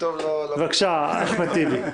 בבקשה, אחמד טיבי.